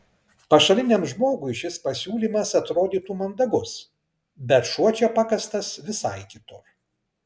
pašaliniam žmogui šis pasiūlymas atrodytų mandagus bet šuo čia pakastas visai kitur